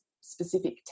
specific